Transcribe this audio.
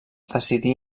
decidí